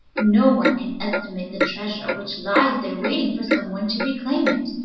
no one can estimate the treasure which lies there waiting for some one to reclaim it.